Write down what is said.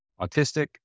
autistic